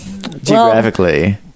geographically